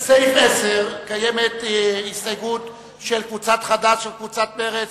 לסעיף 10 יש הסתייגויות של קבוצת חד"ש וקבוצת מרצ.